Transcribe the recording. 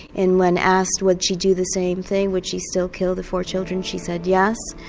and when asked would she do the same thing, would she still kill the four children, she said yes,